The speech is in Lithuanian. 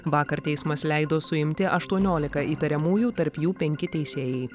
vakar teismas leido suimti aštuoniolika įtariamųjų tarp jų penki teisėjai